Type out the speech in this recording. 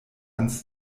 ans